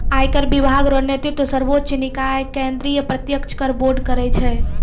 आयकर विभाग रो नेतृत्व सर्वोच्च निकाय केंद्रीय प्रत्यक्ष कर बोर्ड करै छै